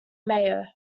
mayo